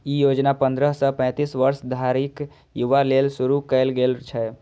ई योजना पंद्रह सं पैतीस वर्ष धरिक युवा लेल शुरू कैल गेल छै